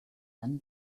man